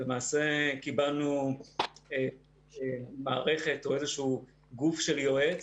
למעשה, קיבלנו מערכת או איזשהו גוף של יועץ